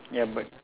ya but